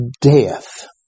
death